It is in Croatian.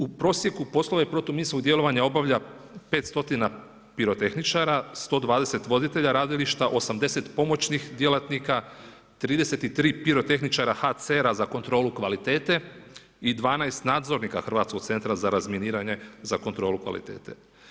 U prosjeku poslove protuminskog djelovanja obavlja 5 stotina pirotehničara, 120 voditelja radilišta, 80 pomoćnih djelatnika, 33 pirotehničara HCR-a za kontrolu kvalitete i 12 nadzornika Hrvatskog centra za razminiranje za kontrolu kvalitete.